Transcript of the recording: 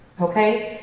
okay?